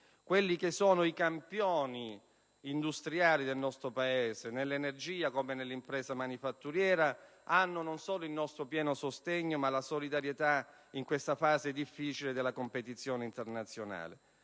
Quelli che sono i campioni industriali del nostro Paese nell'energia come nell'impresa manifatturiera hanno non solo il pieno sostegno, ma la nostra solidarietà in questa difficile fase della competizione internazionale.